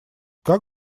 как